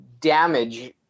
damage